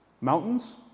Mountains